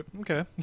okay